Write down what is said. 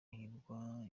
hirwa